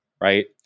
right